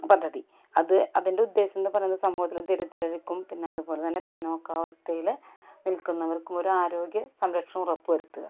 പദ്ധതി അത് അതിൻ്റെ ഉദ്ദേശമെന്ന് പറയുന്നത് സമൂഹത്തിലെ ദരിദ്രർക്കും പിന്നെ അതേപോലെ തന്നെ പിന്നോക്ക അവസ്ഥയിൽ നിൽക്കുന്നവർക്കും ഒരു ആരോഗ്യ സംരക്ഷണ ഉറപ്പു വരുത്തുക